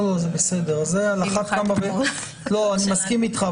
בסדר, אני מסכים איתך,